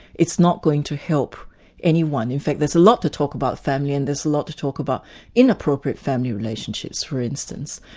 it's not going to help anyone. in fact, there's a lot to talk about family, and there's a lot to talk about inappropriate family relationships for instance,